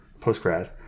post-grad